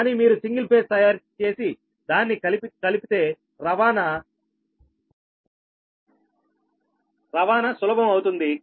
కానీ మీరు single phase తయారుచేసి దాన్ని కలిపితే రవాణా సులభం అవుతుంది